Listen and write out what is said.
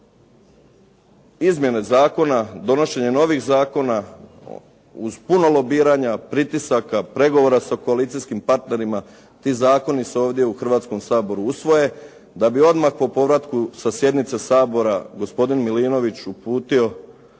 izmjene zakona, donošenje novih zakona uz puno lobiranja, pritisaka, pregovora sa koalicijskim partnerima. Ti zakoni se ovdje u Hrvatskom saboru usvoje, da bi odmah po povratku sa sjednica Sabora gospodin Milinović uputio